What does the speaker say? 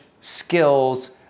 skills